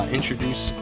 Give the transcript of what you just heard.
introduce